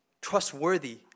trustworthy